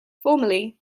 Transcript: formerly